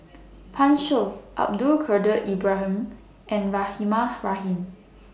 Pan Shou Abdul Kadir Ibrahim and Rahimah Rahim